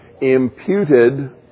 imputed